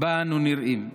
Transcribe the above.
שבה אנו נראים: